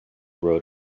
road